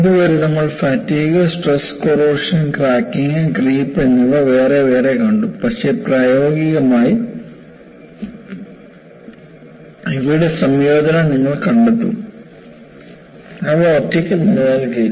ഇതുവരെ നമ്മൾ fatigue stress corrosion cracking creep എന്നിവ വേറെ വേറെ കണ്ടു പക്ഷേ പ്രായോഗികമായി ഇവയുടെ സംയോജനം നിങ്ങൾ കണ്ടെത്തും അവ ഒറ്റയ്ക്ക് നിലനിൽക്കില്ല